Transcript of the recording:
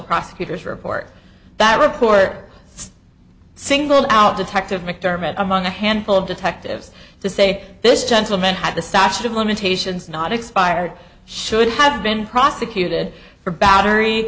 prosecutor's report that report singled out detective mcdermott among a handful of detectives to say this gentleman had the statute of limitations not expired should have been prosecuted for battery